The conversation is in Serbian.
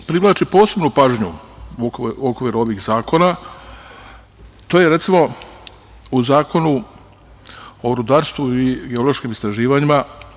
Ono što privlači posebnu pažnju u okviru ovih zakona, to je recimo u Zakonu o rudarstvu i geološkim istraživanjima.